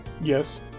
Yes